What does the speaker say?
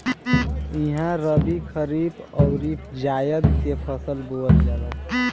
इहा रबी, खरीफ अउरी जायद के फसल बोअल जाला